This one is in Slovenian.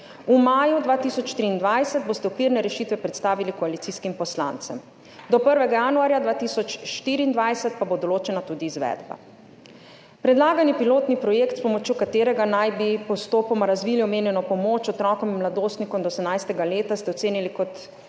v maju 2023 boste okvirne rešitve predstavili koalicijskim poslancem, do 1. januarja 2024 pa bo določena tudi izvedba. Predlagani pilotni projekt, s pomočjo katerega naj bi postopoma razvili omenjeno pomoč otrokom in mladostnikom do 18. leta, ste ocenili kot